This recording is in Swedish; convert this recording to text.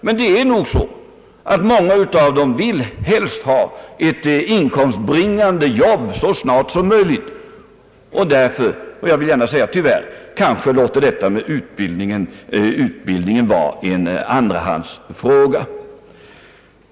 Men det är nog så att många av ungdomarna helst vill ha ett inkomstbringande jobb så snart som möjligt och därför — tyvärr — kanske låter utbildningen komma i andra hand.